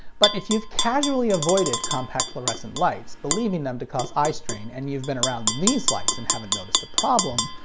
but if you've casually avoided compact fluorescent lights believing them to cause eye strain and you've been around these lights and haven't noticed a problem,